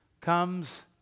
Comes